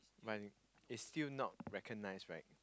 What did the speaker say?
it's still not recognised right